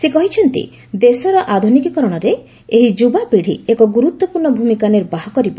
ସେ କହିଛନ୍ତି ଦେଶର ଆଧୁନିକୀକରଣରେ ଏହି ଯୁବାପିଢି ଏକ ଗୁରୁତ୍ୱପୂର୍ଣ୍ଣ ଭୂମିକା ନିର୍ବାହ କରିବ